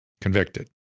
convicted